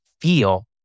feel